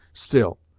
still,